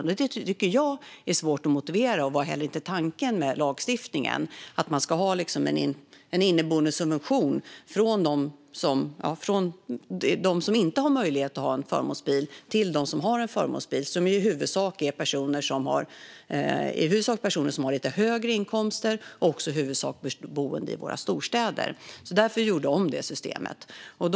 Det här tycker jag är svårt att motivera, och det var inte heller tanken med lagstiftningen att man ska ha en inneboende subvention från dem som inte har möjlighet att ha en förmånsbil till dem som har en förmånsbil - och det är i huvudsak personer som har lite högre inkomster och som är boende i våra storstäder. Det var därför vi gjorde om systemet.